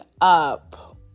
up